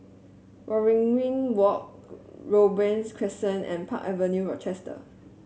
Waringin Walk Robey Crescent and Park Avenue Rochester